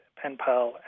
pen-pal